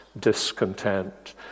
discontent